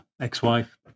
ex-wife